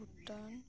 Bhutan